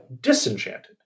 disenchanted